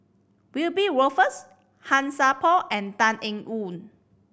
Wiebe Wolters Han Sai Por and Tan Eng Yoon